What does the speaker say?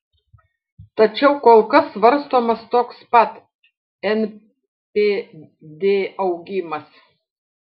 tačiau kol kas svarstomas toks pat npd augimas